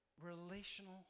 relational